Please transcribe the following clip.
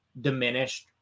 diminished